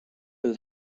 will